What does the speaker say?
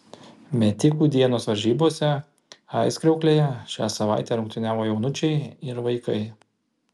metikų dienos varžybose aizkrauklėje šią savaitę rungtyniavo jaunučiai ir vaikai